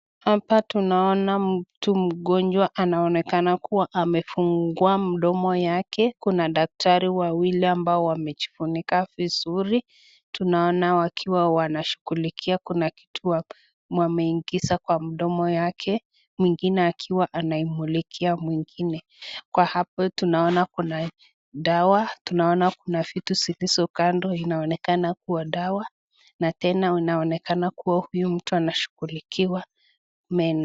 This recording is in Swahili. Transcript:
Hapa tunaona mtu mgonjwa anaonekana kua amefungua mdomo yake. Kuna daktari wawili ambao wamejifunika vizuri. Tunaona wakiwa wanashughulikia. Kuna kitu wameingiza kwa mdomo yake. Mwingine akiwa anaimulikia mwingine. Kwa hapo tunaona kuna dawa tunaona kuna vitu zilizo kando inaonekana kua dawa na tena inaonekana kua huyu mtu anashughulikiwa meno.